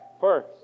first